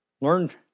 learned